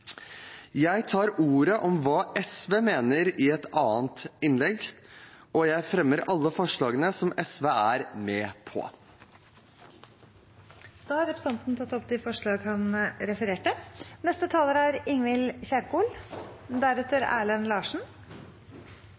Jeg tar ordet om hva SV mener, i et annet innlegg, og jeg fremmer alle forslagene som SV er med på. Representanten Nicholas Wilkinson har tatt opp de forslagene han refererte